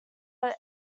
are